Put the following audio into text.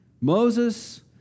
Moses